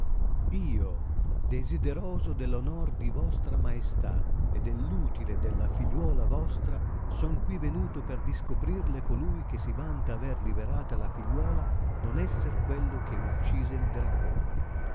io desideroso dell onor di vostra maestà e dell utile della figliuola vostra sono qui venuto per discoprirle colui che si vanta aver liberata la figliuola non esser quello che uccise il dracone